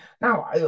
Now